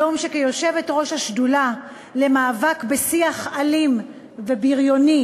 יום שכיושבת-ראש השדולה למאבק בשיח אלים ובריוני